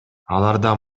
аларда